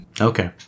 Okay